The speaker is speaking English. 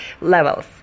levels